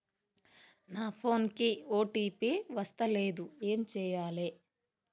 నా ఫోన్ కి ఓ.టీ.పి వస్తలేదు ఏం చేయాలే?